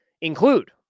include